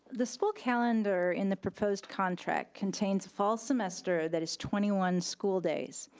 the school calendar in the proposed contract contains fall semester that is twenty one school days.